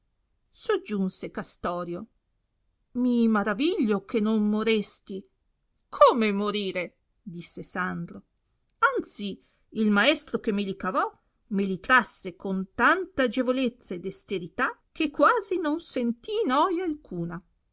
soggiunse castorio mi maraviglio che non moresti come morire disse sandro anzi il maestro che me li cavò me gli trasse con tanta agevolezza e desterità che quasi non sentii noia alcuna